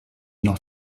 noch